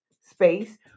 space